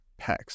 pecs